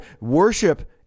worship